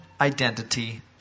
identity